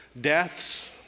deaths